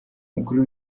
umukuru